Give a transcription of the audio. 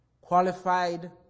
Qualified